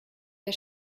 der